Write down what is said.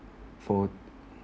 for